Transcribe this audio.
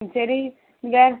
சரி இங்கே